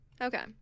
Okay